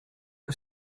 que